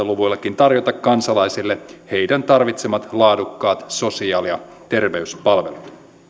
luvuillakin tarjota kansalaisille heidän tarvitsemansa laadukkaat sosiaali ja terveyspalvelut